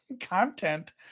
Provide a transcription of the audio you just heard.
content